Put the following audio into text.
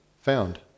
found